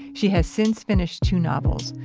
she has since finished two novels.